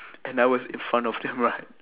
and I was in front of them right